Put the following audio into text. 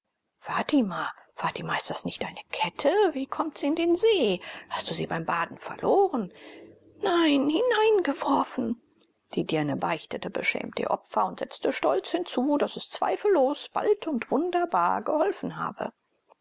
fatima ist das nicht deine kette wie kommt sie in den see hast du sie beim baden verloren nein hineingeworfen die dirne beichtete beschämt ihr opfer und setzte stolz hinzu daß es zweifellos bald und wunderbar geholfen habe